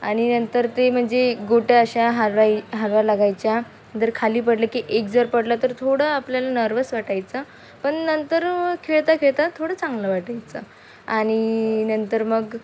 आणि नंतर ते म्हणजे गोट्या अशा हारवाई हारवा लागायच्या जर खाली पडलं की एक जर पडलं तर थोडं आपल्याला नर्वस वाटायचं पण नंतर खेळता खेळता थोडं चांगलं वाटायचं आणि नंतर मग